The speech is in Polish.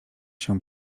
się